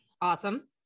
Awesome